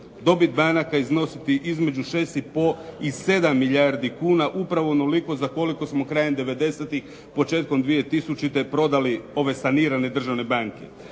dobit banaka iznositi između 6 i po i 7 milijardi kuna. Upravo onoliko za koliko smo krajem devedesetih, početkom 2000. prodali ove sanirane državne banke.